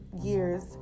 years